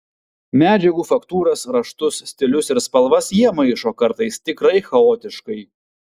medžiagų faktūras raštus stilius ir spalvas jie maišo kartais tikrai chaotiškai